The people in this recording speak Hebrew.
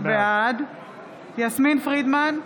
בעד יסמין פרידמן,